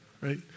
Right